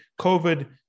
COVID